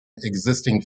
existing